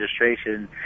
registration